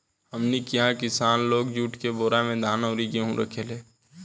हमनी किहा किसान लोग जुट के बोरा में धान अउरी गेहू रखेले